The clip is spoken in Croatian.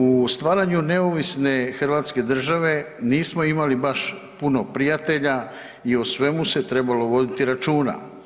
U stvaranju neovisne hrvatske države nismo imali baš puno prijatelja i o svemu se trebalo voditi računa.